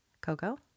Coco